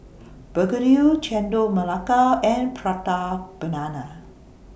Begedil Chendol Melaka and Prata Banana